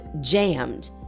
jammed